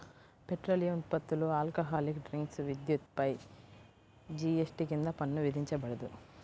petroleum ఉత్పత్తులు, alcoholic drinks, విద్యుత్పై GST కింద పన్ను విధించబడదు